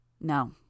No